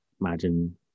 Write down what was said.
Imagine